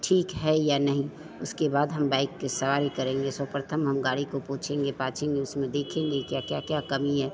ठीक है या नहीं उसके बाद हम बाइक़ की सवारी करेंगे सर्वप्रथम हम गाड़ी को पोछेंगे पाछेंगे उसमें देखेंगे क्या क्या क्या कमी है